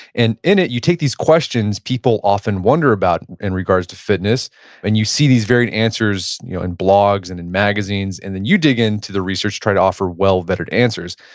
and in it, you take these questions people often wonder about in regards to fitness and you see these varied answers you know in blogs and in magazines, and then you dig into the research, to try to offer well-vetted answers.